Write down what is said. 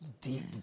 deep